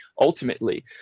ultimately